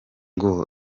ngo